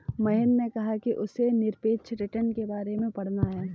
महेंद्र ने कहा कि उसे निरपेक्ष रिटर्न के बारे में पढ़ना है